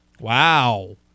Wow